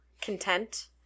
content